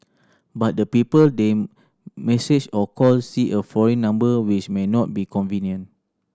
but the people they message or call see a foreign number which may not be convenient